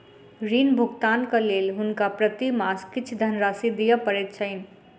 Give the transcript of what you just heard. ऋण भुगतानक लेल हुनका प्रति मास किछ धनराशि दिअ पड़ैत छैन